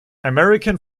american